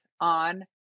on